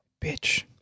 bitch